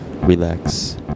relax